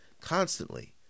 constantly